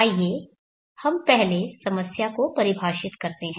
आइए हम पहले समस्या को परिभाषित करते हैं